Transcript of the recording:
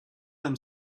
them